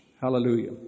Hallelujah